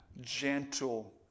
gentle